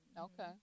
Okay